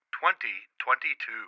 2022